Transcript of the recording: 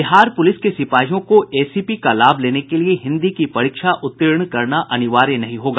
Bihar police के सिपाहियों को एसीपी का लाभ लेने के लिये हिन्दी की परीक्षा उत्तीर्ण करना अनिवार्य नहीं होगा